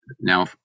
now